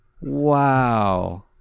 Wow